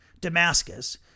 Damascus